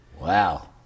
Wow